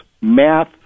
math